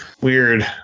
Weird